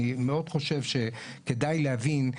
אני מאוד חושב שכדאי להבין,